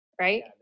right